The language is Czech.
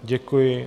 Děkuji.